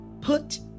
Put